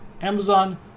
Amazon